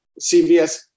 CVS